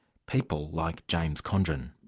people like james condren.